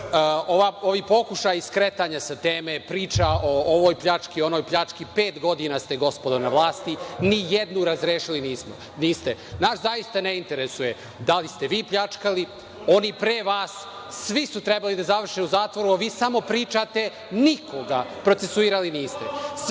Ovi pokušaji skretanja sa teme, priča ovoj pljački, onoj pljački, pet godina ste gospodo na vlasti, ni jednu razrešili niste. Nas zaista neinteresuje da li ste vi pljačkali, oni pre vas, svi su trebali da završe u zatvoru, vi samo pričate, nikoga procesuirali niste.